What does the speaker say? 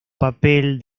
papel